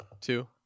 two